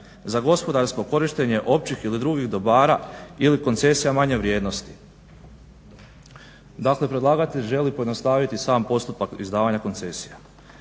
za gospodarsko korištenje općih ili drugih dobara ili koncesija manje vrijednosti. Dakle, predlagatelj želi pojednostaviti sam postupak izdavanja koncesija.